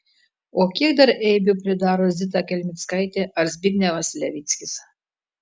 o kiek dar eibių pridaro zita kelmickaitė ar zbignevas levickis